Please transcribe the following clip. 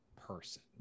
person